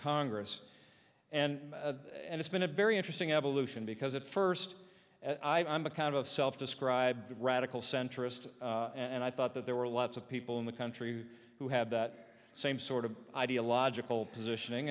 congress and and it's been a very interesting evolution because at first i am a kind of self described radical centrist and i thought that there were lots of people in the country who had that same sort of ideological positioning